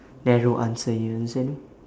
narrow answer you understand me